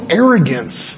arrogance